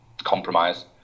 compromise